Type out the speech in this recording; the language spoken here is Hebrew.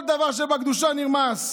כל דבר שבקדושה נרמס.